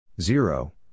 Zero